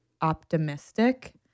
optimistic